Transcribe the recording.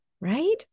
right